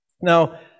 Now